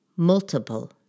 multiple